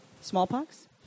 Smallpox